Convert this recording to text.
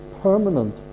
permanent